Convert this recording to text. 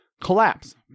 Collapse